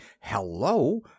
hello